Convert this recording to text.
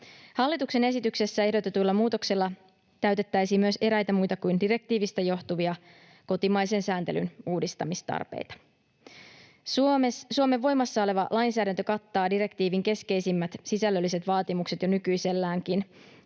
Hallituksen esityksessä ehdotetuilla muutoksilla täytettäisiin myös eräitä muita kuin direktiivistä johtuvia kotimaisen sääntelyn uudistamistarpeita. Suomen voimassa oleva lainsäädäntö kattaa direktiivin keskeisimmät sisällölliset vaatimukset jo nykyiselläänkin.